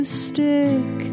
stick